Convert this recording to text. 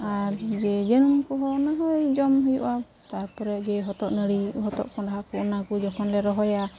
ᱟᱨ ᱡᱮ ᱡᱟᱹᱱᱩᱢᱠᱚᱦᱚᱸ ᱚᱱᱟᱦᱚᱸ ᱡᱚᱢ ᱦᱩᱭᱩᱜᱼᱟ ᱛᱟᱨᱯᱚᱨᱮ ᱡᱮ ᱦᱚᱛᱚᱫ ᱱᱟᱹᱲᱤ ᱦᱚᱛᱚᱫ ᱠᱚᱸᱰᱦᱟᱠᱚ ᱚᱱᱟᱠᱚ ᱡᱚᱠᱷᱚᱱᱞᱮ ᱨᱚᱦᱚᱭᱟ